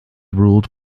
ruled